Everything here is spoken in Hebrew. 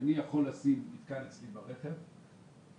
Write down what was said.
שאני יכול לשים מערכת כזו ברכב שלי